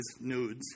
nudes